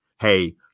hey